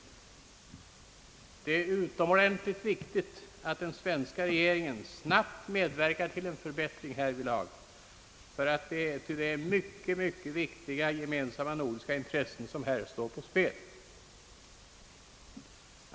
Det är utomordentligt viktigt att Sveriges regering snabbt medverkar till en förbättring härvidlag. Mycket viktiga gemensamma nordiska intressen står här på spel.